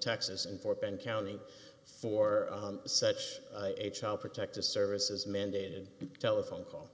texas and fort bend county for such a child protective services mandated telephone call